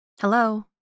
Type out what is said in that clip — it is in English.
Hello